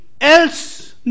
else